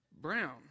brown